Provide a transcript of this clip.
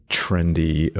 trendy